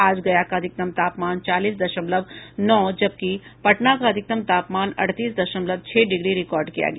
आज गया का अधिकतम तापमान चालीस दशमलव नौ जबकि पटना का अधिकतम तापमान अड़तीस दशमलव छह डिग्री रिकॉर्ड किया गया